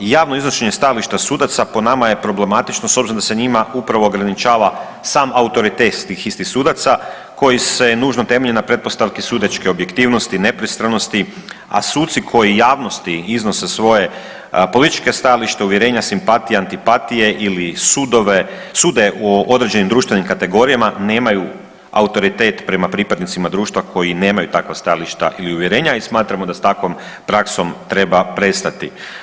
Javno iznošenje stavova sudaca po nama je problematično s obzirom da se njima upravo ograničava sam autoritet tih istih sudaca koji se nužno temelji na pretpostavki sudačke objektivnosti, nepristranosti, a suci koji javnosti iznose svoje političke stavove, uvjerenja, simpatije, antipatije ili sudove, sude o određenim društvenim kategorijama nemaju autoritet prema pripadnicima društva koji nemaju takva stajališta ili uvjerenja i smatramo da s takvom praksom treba prestati.